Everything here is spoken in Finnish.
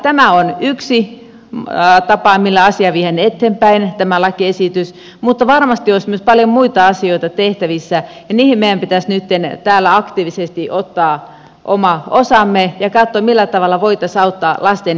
tämä lakiesitys on yksi tapa millä asiaa viedään eteenpäin mutta varmasti olisi paljon myös muita asioita tehtävissä ja niihin meidän pitäisi nytten täällä aktiivisesti ottaa oma osamme ja katsoa millä tavalla voisimme auttaa lasten tilannetta